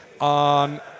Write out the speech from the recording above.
on